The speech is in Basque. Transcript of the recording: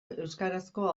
euskarazko